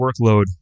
workload